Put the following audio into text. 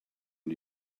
new